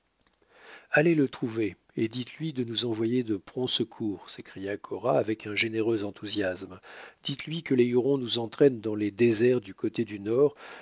allez le trouver et dites-lui de nous envoyer de prompts secours s'écria cora avec un généreux enthousiasme dites-lui que les hurons nous entraînent dans les déserts du côté du nord